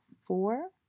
four